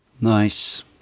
Nice